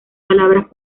palabras